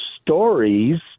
stories